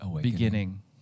Beginning